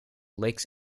lakes